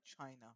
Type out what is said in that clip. China